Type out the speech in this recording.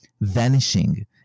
vanishing